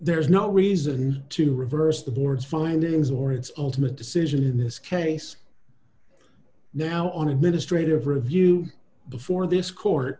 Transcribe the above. there's no reason to reverse the board's findings or its ultimate decision in this case now on administrative review before this court